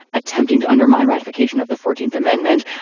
attempting to undermine ratification of the fourteenth amendment,